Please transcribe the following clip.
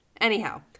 Anyhow